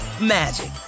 magic